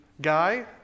guy